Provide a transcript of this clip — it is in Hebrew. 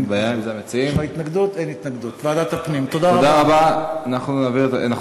ועדת הפנים, אין בעיה, אם המציעים, יש לך התנגדות?